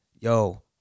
yo